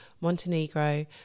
montenegro